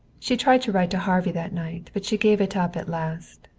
she tried to write to harvey that night, but she gave it up at last.